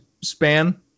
span